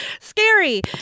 scary